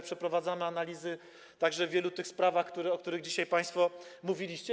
Przeprowadzamy analizy także w wielu z tych spraw, o których dzisiaj państwo mówiliście.